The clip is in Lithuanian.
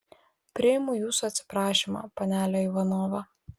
priimu jūsų atsiprašymą panele ivanova